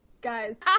guys